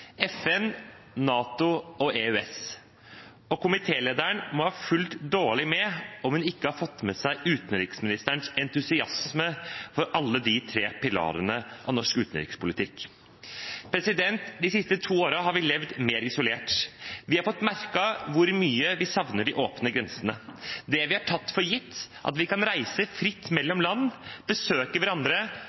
FN, NATO og EØS. Komitélederen må ha fulgt dårlig med om hun ikke har fått med seg utenriksministerens entusiasme for alle de tre pilarene i norsk utenrikspolitikk. De siste to årene har vi levd mer isolert. Vi har fått merke hvor mye vi savner de åpne grensene. Det vi har tatt for gitt, at vi kan reise fritt mellom land, besøke hverandre,